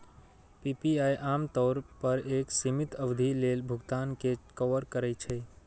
PPI आम तौर पर एक सीमित अवधि लेल भुगतान कें कवर करै छै